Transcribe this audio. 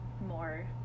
more